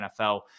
NFL